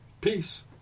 Peace